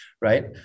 right